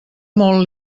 molt